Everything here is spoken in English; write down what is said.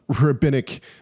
rabbinic